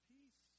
Peace